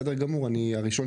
אני רק אוסיף